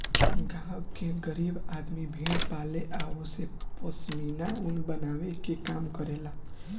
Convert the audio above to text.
गांव के गरीब आदमी भेड़ पाले आ ओसे पश्मीना ऊन बनावे के काम करेला